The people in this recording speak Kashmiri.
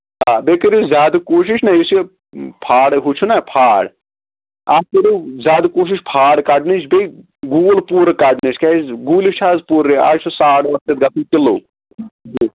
آ بیٚیہِ کٔرِو زیادٕ کوٗشِش نہ یُس یہِ پھاڑ ہُہ چھُ نہ پھاڑ اَتھ کٔرِو زیادٕ کوٗشِش پھاڑ کَڑنٕچ بیٚیہِ گول پوٗرٕ کَڑنٕچ کیٛازِ گٲلِس چھِ آز پوٗرۍرٕے آز چھُ ساڑ ٲٹھ شَتھ گژھان کِلوٗ